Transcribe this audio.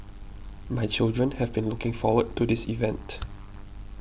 my children have been looking forward to this event